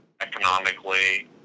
economically